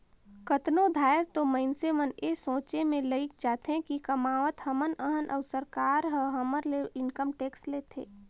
कतनो धाएर तो मइनसे मन ए सोंचे में लइग जाथें कि कमावत हमन अहन अउ सरकार ह हमर ले इनकम टेक्स लेथे